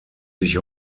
sich